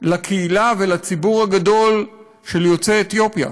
לקהילה ולציבור הגדול של יוצאי אתיופיה.